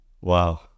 Wow